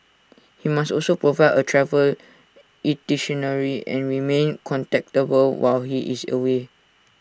he must also provide A travel and remain contactable while he is away